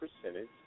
percentage